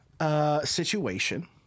situation